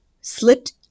slipped